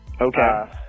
okay